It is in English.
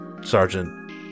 Sergeant